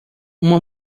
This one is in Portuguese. uma